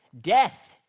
death